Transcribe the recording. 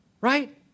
right